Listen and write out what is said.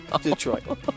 Detroit